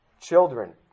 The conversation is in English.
Children